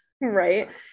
Right